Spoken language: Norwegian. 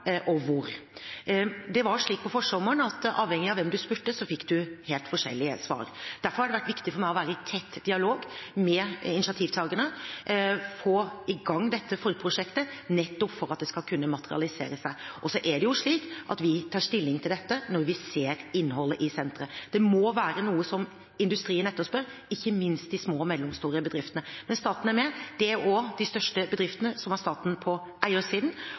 og hvor. Det var slik på forsommeren at avhengig av hvem man spurte, fikk man helt forskjellige svar. Derfor har det vært viktig for meg å være i tett dialog med initiativtakerne og få i gang dette forprosjektet, nettopp for at det skal kunne materialisere seg. Så tar vi stilling til dette når vi ser innholdet i senteret. Det må være noe som industrien etterspør, ikke minst de små og mellomstore bedriftene. Men staten er med, det er også de største bedriftene som har staten på eiersiden,